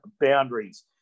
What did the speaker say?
boundaries